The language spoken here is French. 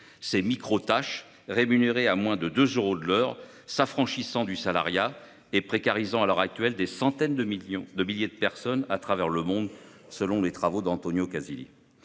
ces « micro-tâches », rémunérées moins de 2 euros de l'heure, on s'affranchit du salariat et on précarise, à l'heure actuelle, des centaines de milliers de personnes à travers le monde, selon les travaux d'Antonio Casilli.